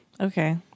Okay